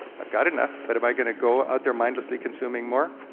i've got enough, but am i gonna go out there mindlessly consuming more?